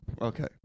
Okay